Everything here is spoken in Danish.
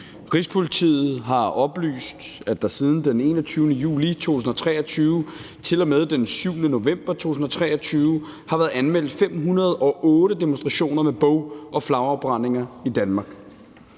Rigspolitiet har oplyst, at der siden den 21. juli 2023 til og med den 7. november 2023 har været anmeldt 508 demonstrationer med bog- og flagafbrændinger i Danmark.